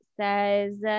says